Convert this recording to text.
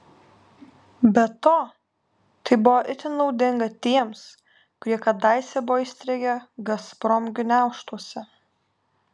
be to tai buvo itin naudinga tiems kurie kadaise buvo įstrigę gazprom gniaužtuose